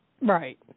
Right